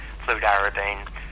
fludarabine